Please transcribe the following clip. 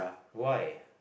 why